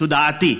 תודעתי.